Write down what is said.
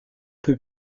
peu